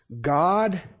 God